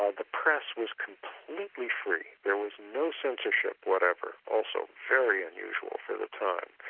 ah the press was completely free, there was no censorship whatever, also, very unusual for the time.